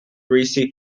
greasy